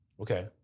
Okay